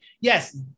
yes